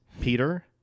Peter